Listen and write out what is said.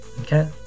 Okay